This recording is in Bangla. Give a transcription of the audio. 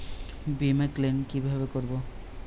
বিমা ক্লেম কিভাবে করব?